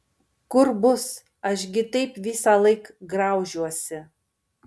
kur bus aš gi taip visąlaik graužiuosi